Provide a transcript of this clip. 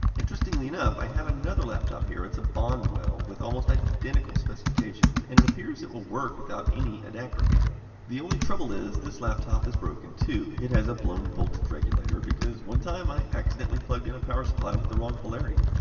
interestingly enough, i have another laptop here. it's a bondwell, with almost identical specifications, and it appears it'll work without any adapter cable. the only trouble is, this laptop is broken too. it has a blown voltage regulator, because one time i accidentally plugged in a power supply with the wrong polarity.